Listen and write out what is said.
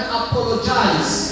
apologize